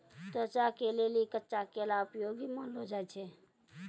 त्वचा के लेली कच्चा केला उपयोगी मानलो जाय छै